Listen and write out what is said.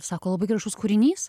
sako labai gražus kūrinys